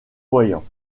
voyant